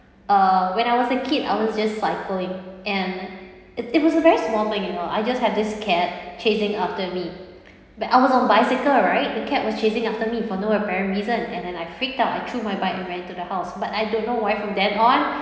uh when I was a kid I was just cycling and it it was a very small thing you know I just have this cat chasing after me but I was on bicycle right the cat was chasing after me for no apparent reason and then I freaked out I threw my bike and ran to the house but I don't know why from then on